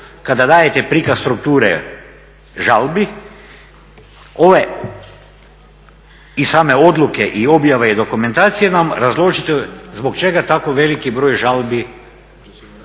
kada dajete prikaz strukture žalbi ove i same odluke i objave i dokumentacije nam razložite zbog čega tako veliki broj žalbi